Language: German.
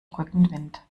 rückenwind